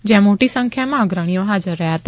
જયાં મોટી સંખ્યામાં અગ્રણીઓ હાજર રહયાં હતા